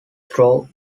through